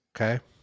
Okay